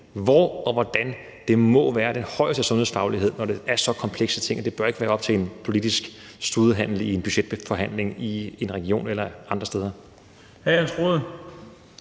hvor og hvordan må være op til den højeste sundhedsfaglighed, når det er så komplekse ting; det bør ikke være op til en politisk studehandel i en budgetforhandling i en region eller andre steder.